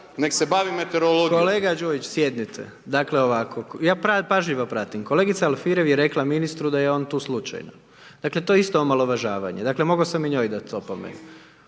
Gordan (HDZ)** Kolega Đujić, sjednite. Dakle ovako, ja pažljivo pratim. Kolegica Alfirev je rekla ministru da je on tu slučajno, dakle to je isto omalovažavanje, dakle mogao sam i njoj dat opomenu.